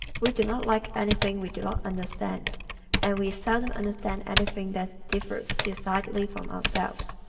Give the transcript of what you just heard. we do not like anything we do not understand and we seldom understand anything that differs decidedly from ourselves.